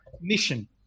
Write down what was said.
mission